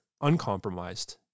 uncompromised